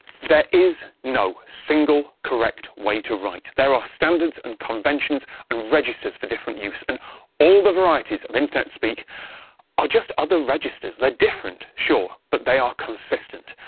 there is no single correct way to write. there are standards and conventions and registers for different use, and all the varieties of internet-speak are just other registers. they're different, sure, but they are consistent,